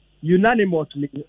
unanimously